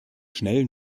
schnell